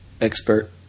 expert